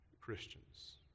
Christians